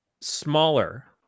smaller